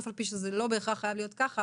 אף על פי שזה לא בהכרח חייב להיות כך,